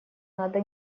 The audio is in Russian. надо